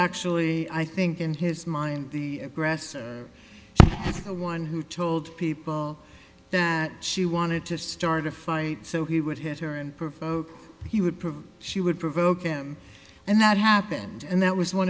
actually i think in his mind the aggressor is the one who told people that she wanted to start a fight so he would hit her and provoke he would provoke she would provoke him and that happened and that was one